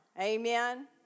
Amen